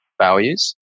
values